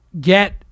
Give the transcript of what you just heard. get